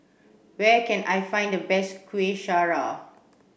where can I find the best Kuih Syara